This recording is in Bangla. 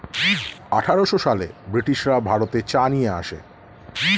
আঠারোশো সালে ব্রিটিশরা ভারতে চা নিয়ে আসে